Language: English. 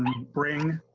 bring.